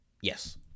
yes